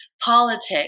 politics